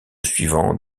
suivant